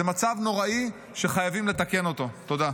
זה מצב נוראי שחייבים לתקן אותו, תודה.